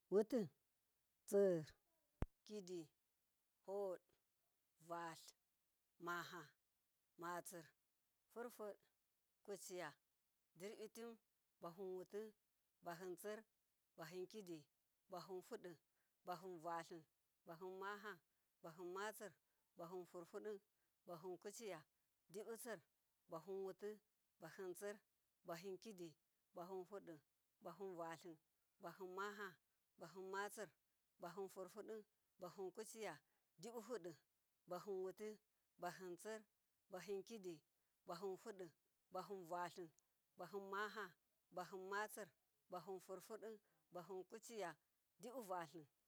Wuti, ziri, kidi, fod, val, maha, masir, hurfod, kwuciya, dirbitin, bahinwuti, bahizir, bahinkidi, bahin fodok bahinvatli, bahin mahu, bahin mazir, bahinhurhudi, bahin kuaya dibisir, dibisir bahin wuti, dibisirbahinsir, dibisirbahin kidi, diibisirbahin fodi, dibisirbahin vatli, dibisirbahir maha, dibisirbahin masir, dibisirbahin hurhudi, dibisirbahin kuciya, dibihudi, dibihudibahinwuti, dibihudi buhinsir, dibihudibahinkidi dibihudibuhin hudi, dibihubahin vatli, dibihudibahinmaha dibihudibahin masir, dibihudibahinhurhudi, dibihudibahinkuciya dibivatli.